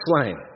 slain